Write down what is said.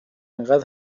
اینقد